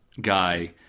guy